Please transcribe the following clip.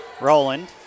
Roland